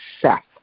Seth